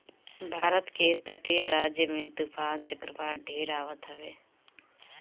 भारत के तटीय राज्य में तूफ़ान चक्रवात ढेर आवत हवे